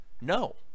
No